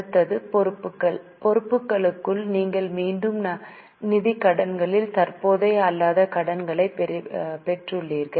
அடுத்தது பொறுப்புகள் பொறுப்புகளுக்குள் நீங்கள் மீண்டும் நிதி கடன்களில் தற்போதைய அல்லாத கடன்களைப் பெற்றுள்ளீர்கள்